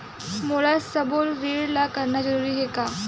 मोला सबो ऋण ला करना जरूरी हे?